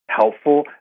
helpful